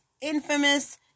infamous